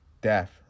death